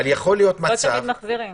ולא תמיד מחזירים.